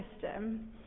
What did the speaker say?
system